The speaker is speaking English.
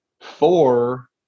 Four